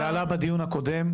זה עלה בדיון הקודם,